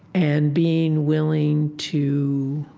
and being willing to